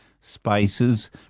spices